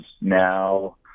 now